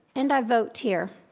and i vote here.